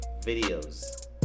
videos